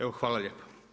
Evo, hvala lijepo.